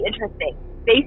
interesting